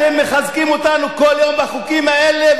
אתם מחזקים אותנו כל יום בחוקים האלה,